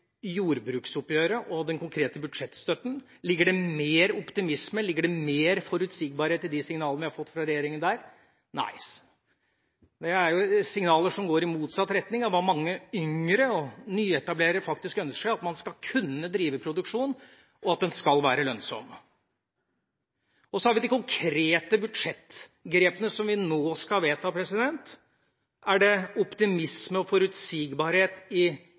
jordbruksoppgjøret og den konkrete budsjettstøtten: Ligger det mer optimisme, ligger det mer forutsigbarhet i de signalene vi har fått fra regjeringa der? Nei, det er signaler som går i motsatt retning av hva mange yngre og nyetablerere faktisk ønsker seg: at man skal kunne drive produksjon, og at den skal være lønnsom. Så har vi de konkrete budsjettgrepene som vi nå skal vedta. Er det optimisme og forutsigbarhet i